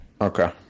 Okay